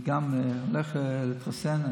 גם אני הולך להתחסן.